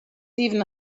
even